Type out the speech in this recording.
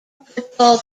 football